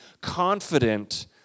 confident